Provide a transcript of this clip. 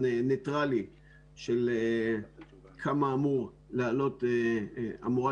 ניטרלי של כמה אמורה